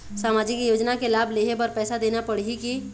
सामाजिक योजना के लाभ लेहे बर पैसा देना पड़ही की?